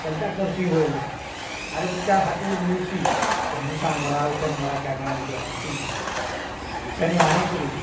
କେନ୍ତା କର୍ସି ବୋଇଲି ଆରେ ପୁତାର୍ ହାଟୁ ମିଲ୍ସି ସେ ମୂଷା ମରା ଉଖେନ୍ ମରା କାଣା କାଣା ପୁଡ଼ିଆ ହଉସି ଯେ ସେନୁ ଆନିକରି